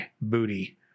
booty